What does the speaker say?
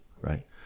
right